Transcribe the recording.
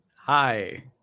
Hi